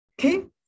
Okay